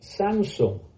Samsung